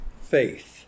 faith